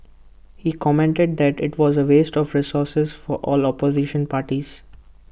he commented that IT was A waste of resources for all opposition parties